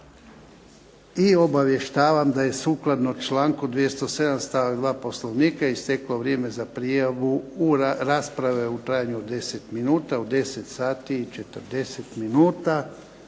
I obavještavam da je sukladno članku 207. stavak 2. Poslovnika isteklo vrijeme za prijavu rasprave u trajanju od 10 minuta, u 10 sati i 40 minuta.